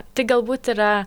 tai galbūt yra